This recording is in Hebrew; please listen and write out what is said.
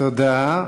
תודה.